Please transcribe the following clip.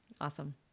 Awesome